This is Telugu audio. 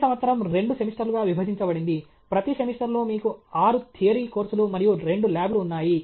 ప్రతి సంవత్సరం 2 సెమిస్టర్లుగా విభజించబడింది ప్రతి సెమిస్టర్లో మీకు 6 థియరీ కోర్సులు మరియు 2 ల్యాబ్లు ఉన్నాయి